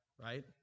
right